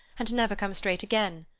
and never come straight again.